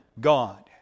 God